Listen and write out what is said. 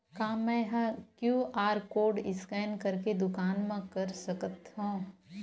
का मैं ह क्यू.आर कोड स्कैन करके दुकान मा कर सकथव?